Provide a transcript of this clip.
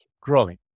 growing